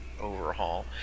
Overhaul